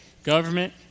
Government